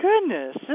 goodness